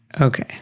Okay